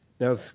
Now